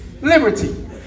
liberty